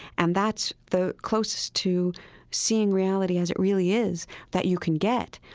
and that's the closest to seeing reality as it really is that you can get.